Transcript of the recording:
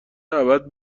ابد